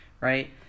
right